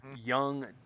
young